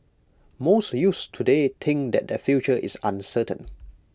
most youths today think that their future is uncertain